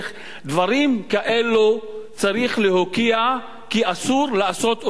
דברים כאלו צריך להוקיע כי אסור לעשות אותם,